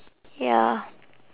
ya